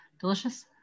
Delicious